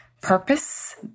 purpose